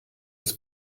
das